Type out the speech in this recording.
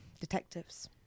detectives